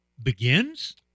begins